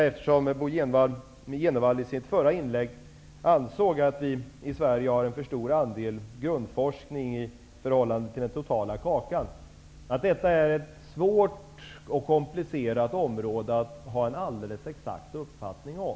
Eftersom Bo G Jenevall i sitt förra inlägg ansåg att vi i Sverige har en för stor andel grundforskning i förhållande till den totala kakan, vill jag säga att detta är ett svårt och komplicerat område att ha en alldeles exakt uppfattning om.